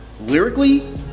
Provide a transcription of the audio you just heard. lyrically